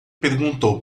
perguntou